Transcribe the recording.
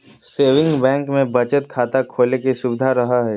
saving bank मे बचत खाता खोले के सुविधा रहो हय